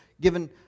given